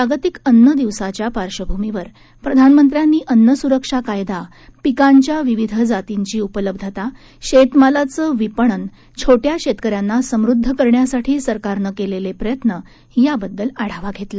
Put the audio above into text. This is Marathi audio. जागतिक अन्न दिवसाच्या पार्श्वभूमीवर प्रधानमंत्र्यांनी अन्न सुरक्षा कायदा पिकांच्या विविध जातींची उपलब्धता शेतमालाचं विपणन छोट्या शेतकऱ्यांना समृद्ध करण्यासाठी सरकारनं केलेले प्रयत्न याबद्दल आढावा घेतला